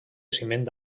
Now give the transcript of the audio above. ciment